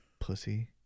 pussy